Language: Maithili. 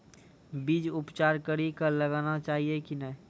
बीज उपचार कड़ी कऽ लगाना चाहिए कि नैय?